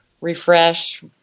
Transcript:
refresh